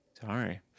Sorry